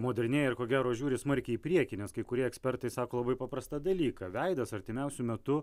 modernėja ir ko gero žiūri smarkiai į priekį nes kai kurie ekspertai sako labai paprastą dalyką veidas artimiausiu metu